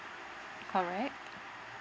correct